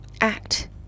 act